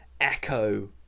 echo